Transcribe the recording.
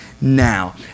now